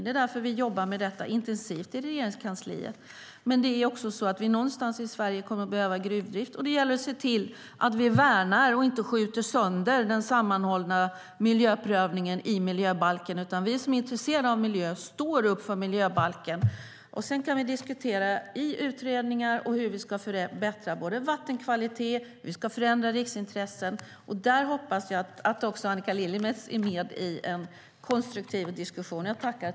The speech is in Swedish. Det är därför vi jobbar intensivt med detta i Regeringskansliet. Men det är också så att vi någonstans i Sverige kommer att behöva gruvdrift, och det gäller att se till att vi värnar och inte skjuter sönder den sammanhållna miljöprövningen i miljöbalken. Vi som är intresserade av miljö står upp för miljöbalken. Sedan kan vi i utredningar diskutera hur vi ska förbättra vattenkvalitet och förändra riksintressen. Där hoppas jag att också Annika Lillemets är med i en konstruktiv diskussion. Herr talman!